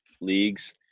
leagues